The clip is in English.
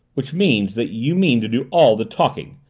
which means that you mean to do all the talking!